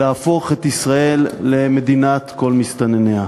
להפוך את ישראל למדינת כל מסתנניה.